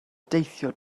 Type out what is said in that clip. deithio